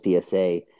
PSA